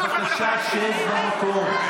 בבקשה, שב ממקום.